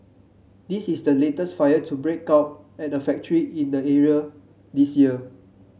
this is the latest fire to break out at a factory in the area this year